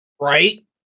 Right